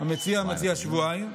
המציע מציע שבועיים.